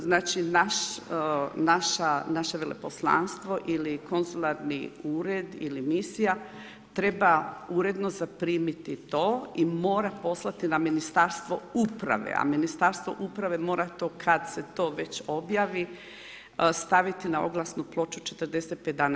Znači naše veleposlanstvo ili konzularni ured ili misija treba uredno zaprimiti to i mora poslati na Ministarstvo uprave, a Ministarstvo uprave mora to kad se to već objavi staviti na oglasnu ploču 45 dana.